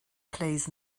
plays